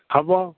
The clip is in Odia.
ହେବ